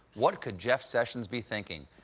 what could jeff sessions be thinking?